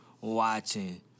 watching